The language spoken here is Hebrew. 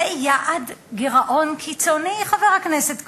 זה יעד גירעון קיצוני, חבר הכנסת כהן.